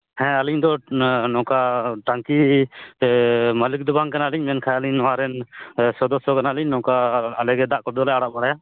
ᱦᱮᱸ ᱟᱹᱞᱤᱧ ᱫᱚ ᱱᱚᱝᱠᱟ ᱴᱟᱝᱠᱤ ᱢᱟᱹᱞᱤᱠ ᱫᱚ ᱵᱟᱝ ᱠᱟᱱᱟᱞᱤᱧ ᱢᱮᱱᱠᱷᱟᱱ ᱟᱹᱞᱤᱧ ᱱᱚᱣᱟ ᱨᱮᱱ ᱥᱚᱫᱚᱥᱚ ᱠᱟᱱᱟᱞᱤᱧ ᱱᱚᱝᱠᱟ ᱟᱞᱮ ᱫᱟᱜ ᱠᱚᱫᱚᱞᱮ ᱟᱲᱟᱜ ᱵᱟᱲᱟᱭᱟ